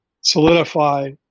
solidify